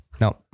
No